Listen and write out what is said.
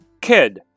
kid